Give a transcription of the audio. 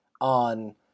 on